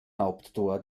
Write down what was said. haupttor